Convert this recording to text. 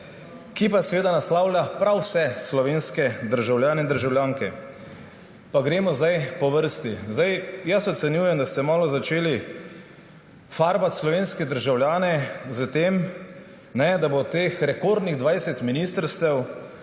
ki pa seveda naslavlja prav vse slovenske državljane in državljanke. Pa gremo zdaj po vrsti. Jaz ocenjujem, da ste malo začeli farbati slovenske državljane s tem, ko pravite, da bo s temi rekordnimi 20 ministrstvi